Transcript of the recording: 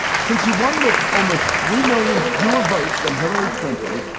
since you won with almost three million fewer votes than hillary clinton,